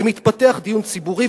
ומתפתח דיון ציבורי,